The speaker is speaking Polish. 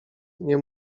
nie